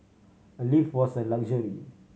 a lift was a luxury